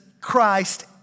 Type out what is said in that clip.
Christ